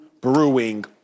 brewing